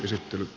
kysytte